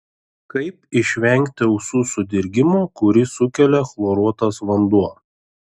kaip išvengti ausų sudirgimo kurį sukelia chloruotas vanduo